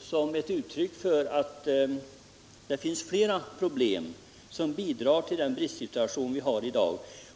som ett uttryck för att det finns flera problem, som bidrar till den bristsituation vi har i dag.